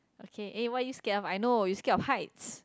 okay eh what are you scared of I know you scared of heights